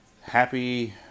Happy